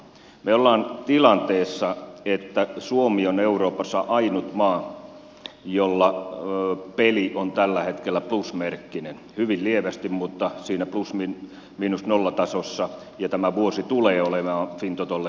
me olemme tilanteessa että suomi on euroopassa ainut maa jolla peli on tällä hetkellä plusmerkkinen hyvin lievästi mutta siinä plus miinus nolla tasossa ja tämä vuosi tulee olemaan fintotolle plusmerkkinen